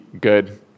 good